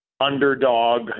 underdog